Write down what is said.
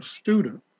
student